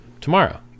tomorrow